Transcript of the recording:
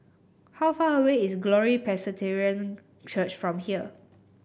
how far away is Glory Presbyterian Church from here